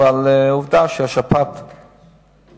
אבל עובדה שהיקף השפעת עולה.